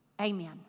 amen